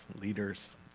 leaders